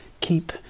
keep